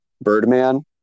Birdman